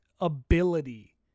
ability